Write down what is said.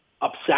upset